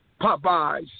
Popeyes